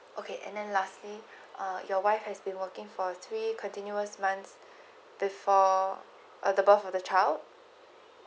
okay and then lastly uh your wife has been working for three continuous months before the birth of the child